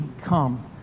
come